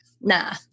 Nah